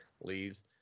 Leaves